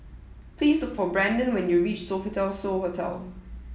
please look for Branden when you reach Sofitel So Hotel